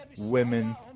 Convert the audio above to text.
women